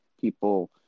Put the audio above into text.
people